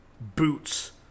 boots